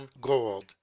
gold